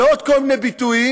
ועוד כל מיני ביטויים.